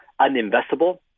uninvestable